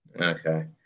Okay